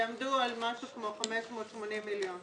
יעמדו על משהו כמו 580 מיליון.